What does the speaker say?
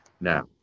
now